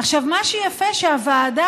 עכשיו, מה שיפה, שהוועדה